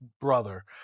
brother